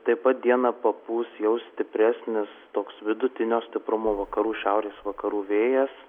taip pat dieną papūs jau stipresnis toks vidutinio stiprumo vakarų šiaurės vakarų vėjas